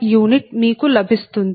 u మీకు లభిస్తుంది